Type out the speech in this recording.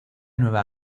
nueva